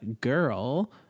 girl